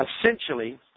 Essentially